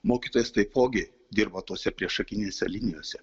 mokytojas taipogi dirba tose priešakinėse linijose